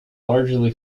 largely